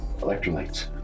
electrolytes